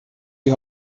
die